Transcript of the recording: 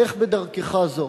לך בדרכך זו.